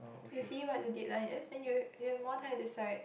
you see what the deadline is then you you have more time to decide